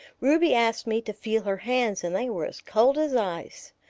ruby asked me to feel her hands and they were as cold as ice.